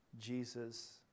Jesus